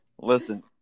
Listen